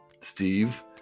Steve